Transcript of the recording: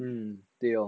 mmhmm 对 lor